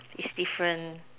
is different